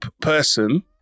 person